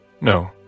No